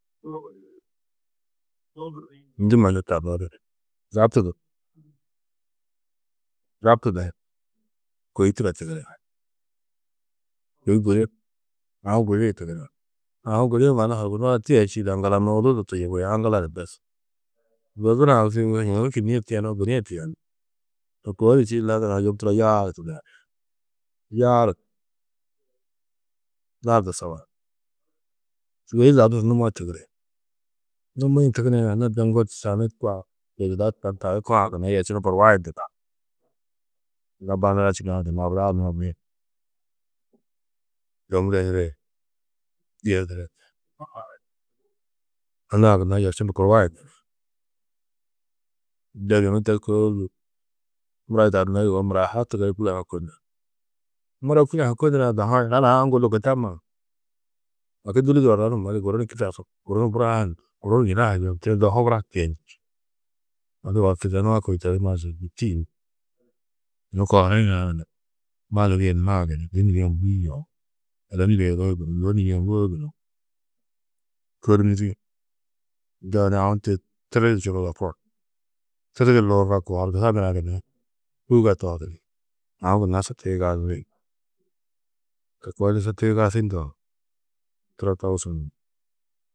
ndû mannu tarodi, zaptudunu ni zaptudu ni kôi turo tigiri, kôi gudi aũ gudii tigiri. Aũ gudi-ĩ mannu horkusu-ã tiye čîidi aŋgala nuudu du tuyubi, aŋgala du bes zo duna-ã tuyubi yunu kînniĩ tiyenoo gudi-ĩ tiyenú, to koo di tîyiidi lanurã yum turo yaaru tided. Yaaru lardu sobar, sûgoi zaptudu numo tigiri. Numi-ĩ tigirĩ anna ŋgo de tani kua bizida tani kuã gunna yerčundu burba yundudo, anna ba nura čîka gunna obudaa nura mia yê dômure nura yê dîhe nura yê anna-ã gunna yerčundu burba yundu ni de yunu de kôulu mura yidadunó yugó de tigiri mura ha kûle he kônar, mura kûle he kônurã dahu-ã yina nuã ŋgo lôko tamma odu dûli di orronumodi guru ni kidesum guru ni buroa-ã ha yem guru ni yina-ã ha yem tuyundã hugura ha tiyendî čî. Odu oor kizenu-ã kôi to di mazun tîyiidu ni yunu kohurĩ gunna hananurú ma nirîe ni maa gunú dî nirîe ni dîi gunú ôro nirîe ni ôroo gunú wô nirîe wôo gunú, kôriniri de yunu aũ de tiri di čuruudo ko, tiridi luuro ko horkusa nurã gunna hûuga tohudu ni aũ gunna su tiyigazi koo di su tiyigasî ndo yum turo togusun.